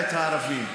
את הערבים.